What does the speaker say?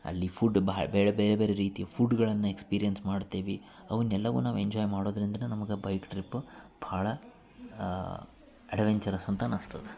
ಅಲ್ಲಿ ಫುಡ್ ಭಾಳ ಬೇಳೆ ಬೇರೆ ಬೇರೆ ರೀತಿ ಫುಡ್ಗಳನ್ನ ಎಕ್ಸ್ಪೀರಿಯನ್ಸ್ ಮಾಡ್ತೆವಿ ಅವ್ನ ಎಲ್ಲವು ನಾವು ಎಂಜಾಯ್ ಮಾಡೋದರಿಂದನ ನಮಗೆ ಬೈಕ್ ಟ್ರಿಪ್ ಭಾಳ ಅಡ್ವೆಂಚರಸ್ ಅಂತ ಅನಿಸ್ತದೆ